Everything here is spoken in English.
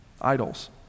Idols